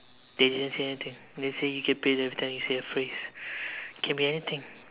they didn't say anything they said you get paid everytime you say a phrase it can be anything